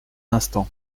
instant